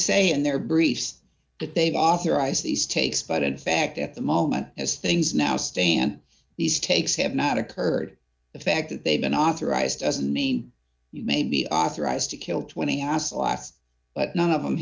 say in their briefs that they've authorized these takes but in fact at the moment as things now stand these tapes have not occurred the fact that they've been authorized doesn't mean you may be authorized to kill twenty as last but none of